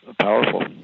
powerful